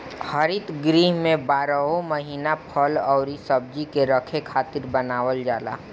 हरित गृह में बारहो महिना फल अउरी सब्जी के रखे खातिर बनावल जाला